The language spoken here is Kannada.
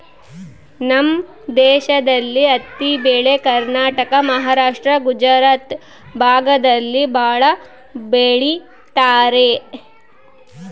ನಮ್ ದೇಶದಲ್ಲಿ ಹತ್ತಿ ಬೆಳೆ ಕರ್ನಾಟಕ ಮಹಾರಾಷ್ಟ್ರ ಗುಜರಾತ್ ಭಾಗದಲ್ಲಿ ಭಾಳ ಬೆಳಿತರೆ